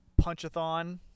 Punchathon